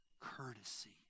courtesy